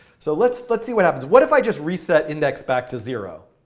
so let's let's see what happens. what if i just reset index back to zero